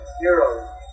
heroes